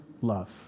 love